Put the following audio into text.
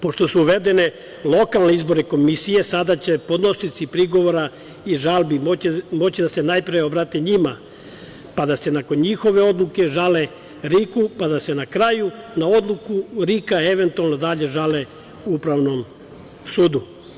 Pošto su uvedene lokalne izborne komisije, sada će podnosioci prigovora i žalbi moći da se najpre obrate njima, pa da se nakon njihove odluke žale RIK-u, pa da se na kraju na odluku RIK-a eventualno dalje žale Upravnom sudu.